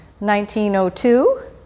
1902